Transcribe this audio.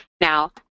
Now